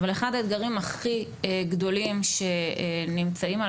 אבל אחד האתגרים הכי הגדולים שנמצאים על